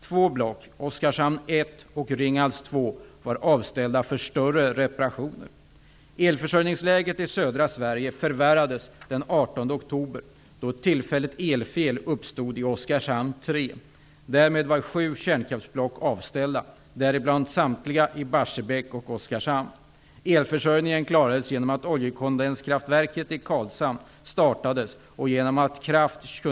Två block, Oskarshamn 1 och Ringhals 2, var avställda för större reparationer.